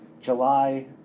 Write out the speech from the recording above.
July